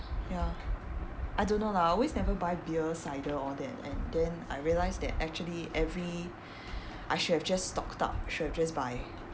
ya I don't know lah I always never buy beer cider all that and then I realise that actually every I should have just stocked up I should have just buy